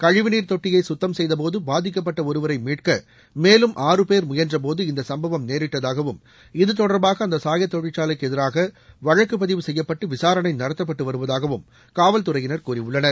கழிவுநீர் தொட்டியை கத்தம் செய்தபோது பாதிக்கப்பட்ட ஒருவரை மீட்க மேலும் ஆறு பேர் முயன்றபோது இந்த சம்பவம் நேரிட்டதாகவும் இது தொடர்பாக அந்த சாய தொழிற்சாலைக்கு எதிராக வழக்கு பதிவு செப்யப்பட்டு விசாரணை நடத்தப்பட்டு வருவதாகவும் காவல் துறையினர் கூறியுள்ளனர்